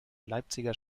leipziger